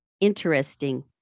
interesting